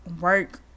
work